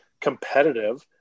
competitive